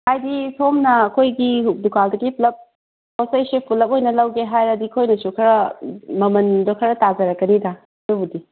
ꯍꯥꯏꯕꯗꯤ ꯁꯣꯝꯅ ꯑꯩꯈꯣꯏꯒꯤ ꯗꯨꯀꯥꯟꯗꯒꯤ ꯄꯨꯂꯞ ꯑꯩꯈꯣꯏꯁꯦ ꯄꯨꯂꯞ ꯑꯣꯏꯅ ꯂꯧꯒꯦ ꯍꯥꯏꯔꯗꯤ ꯑꯩꯈꯣꯏꯗꯁꯨ ꯈꯔ ꯃꯃꯜꯗꯣ ꯈꯔ ꯇꯥꯖꯔꯛꯀꯅꯤꯗ ꯑꯗꯨꯕꯨꯗꯤ